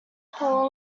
how